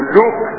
look